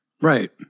Right